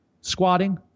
squatting